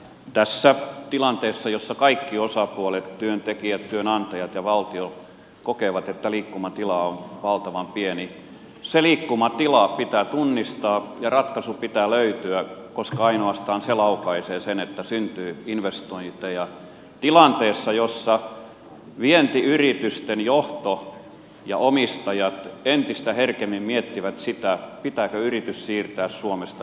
tässä tilanteessa jossa kaikki osapuolet työntekijät työnantajat ja valtio kokevat että liikkumatila on valtavan pieni se liikkumatila pitää tunnistaa ja ratkaisu pitää löytyä koska ainoastaan se laukaisee sen että syntyy investointeja tilanteessa jossa vientiyritysten johto ja omistajat entistä herkemmin miettivät sitä pitääkö yritys siirtää suomesta johonkin muualle